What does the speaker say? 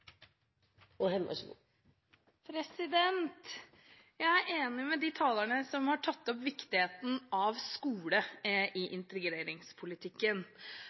enig med de talerne som har tatt opp viktigheten av skole i integreringspolitikken.